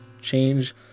change